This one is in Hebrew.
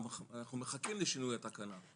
אנחנו מחכים לשינוי התקנה,